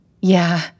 Yeah